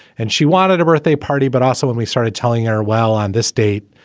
and she wanted a birthday party. but also when we started telling her, well, on this date,